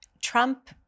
Trump